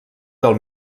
del